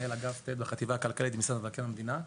מנהל אגף ט' בחטיבה הכלכלית במשרד מבקר המדינה.